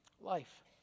life